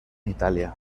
italia